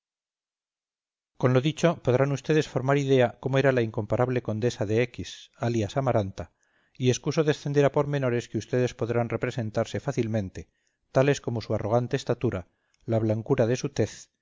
con lo dicho podrán ustedes formar idea cómo era la incomparable condesa de x alias amaranta y excuso descender a pormenores que ustedes podrán representarse fácilmente tales como su arrogante estatura la blancura de su tez